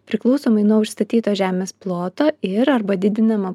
priklausomai nuo užstatytos žemės ploto ir arba didinamą